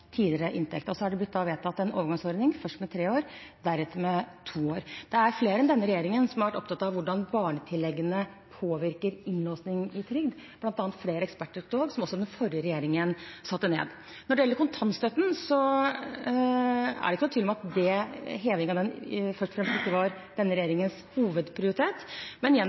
tidligere inntekt. Så har det blitt vedtatt en overgangsordning, først med tre år, deretter med to år. Det er flere enn denne regjeringen som har vært opptatt av hvordan barnetilleggene påvirker innlåsing i trygd, bl.a. flere ekspertutvalg, som også den forrige regjeringen satte ned. Når det gjelder kontantstøtten, er det ikke noen tvil om at heving av den først og fremst ikke var denne regjeringens hovedprioritet, men